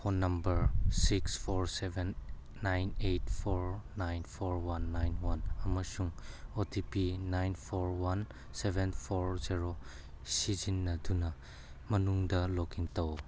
phone number six four seven nine eight four nine four one nine one ꯑꯃꯁꯨꯡ O T P nine four one seven four zero ꯁꯤꯖꯤꯟꯅꯗꯨꯅ ꯃꯅꯨꯡꯗ ꯂꯣꯛꯏꯟ ꯇꯧ